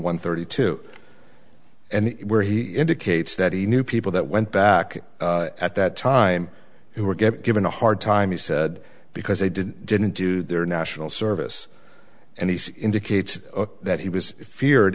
one thirty two and where he indicates that he knew people that went back at that time who were get given a hard time he said because they didn't didn't do their national service and he indicates that he was feared